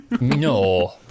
No